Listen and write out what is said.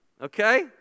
Okay